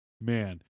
Man